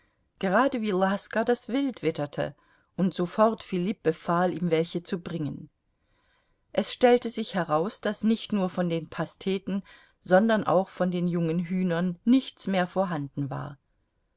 gerade wie laska das wild witterte und sofort filipp befahl ihm welche zu bringen es stellte sich heraus daß nicht nur von den pasteten sondern auch von den jungen hühnern nichts mehr vorhanden war